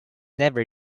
never